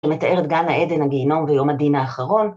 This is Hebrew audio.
‫מתאר את גן העדן, ‫הגהינום ויום הדין האחרון